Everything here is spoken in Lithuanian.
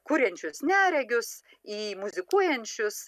kuriančius neregius į muzikuojančius